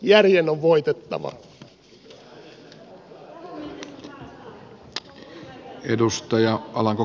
järjen on voitettava